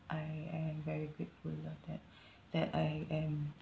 I I am very grateful of that that I am